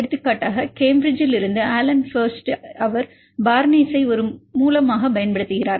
எடுத்துக்காட்டாக கேம்பிரிட்ஜில் இருந்து ஆலன் ஃபெர்ஷ்ட் அவர் பார்னேஸை ஒரு மூலமாக பயன்படுத்துகிறார்